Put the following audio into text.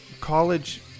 college